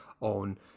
on